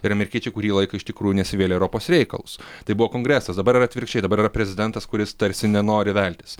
ir amerikiečiai kurį laiką iš tikrųjų nesivėlė į europos reikalus tai buvo kongresas dabar yra atvirkščiai dabar yra prezidentas kuris tarsi nenori veltis